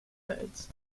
codes